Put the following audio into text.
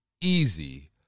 easy